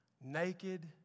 naked